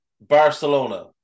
Barcelona